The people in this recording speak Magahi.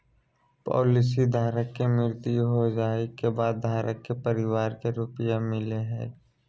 पॉलिसी धारक के मृत्यु हो जाइ के बाद धारक के परिवार के रुपया मिलेय हइ